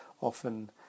often